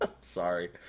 Sorry